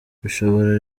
bishobora